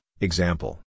example